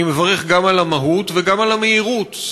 אני מברך גם על המהות וגם על המהירות.